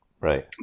Right